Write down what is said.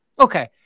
Okay